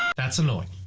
that's annoying.